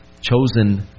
chosen